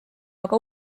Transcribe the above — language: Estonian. aga